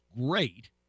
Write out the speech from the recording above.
great